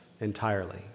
entirely